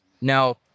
Now